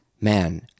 man